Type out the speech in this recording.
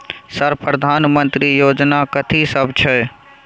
Sir प्रधानमंत्री योजना कथि सब छै?